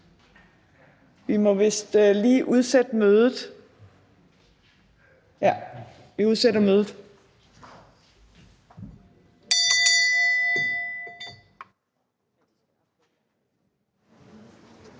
Vi må vist lige udsætte mødet. Ja, vi udsætter mødet.